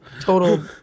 total